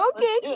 Okay